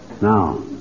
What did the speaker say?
now